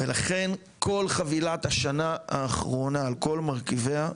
לכן כל חבילת השנה הראשונה על כל מרכיביה,